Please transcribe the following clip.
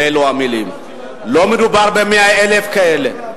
באלו המלים: לא מדובר ב-100,000 כאלה,